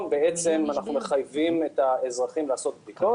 אנחנו מחייבים את האזרחים לעשות בדיקות.